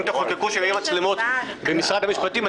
אם תחוקקו חוק שתהיינה מצלמות במשרד המשפטים,